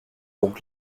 donc